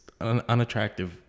unattractive